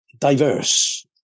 diverse